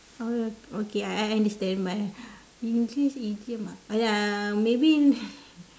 oh okay I understand but english idiom uh maybe